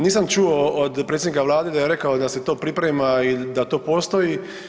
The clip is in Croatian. Nisam čuo od predsjednika vlade da je rekao da se to priprema i da to postoji.